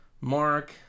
Mark